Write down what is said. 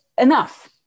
Enough